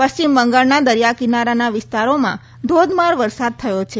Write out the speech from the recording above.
પશ્ચિમ બંગાળના દરિયાકિનારાના વિસ્તારોમાં ધોધમાર વરસાદ થયો છે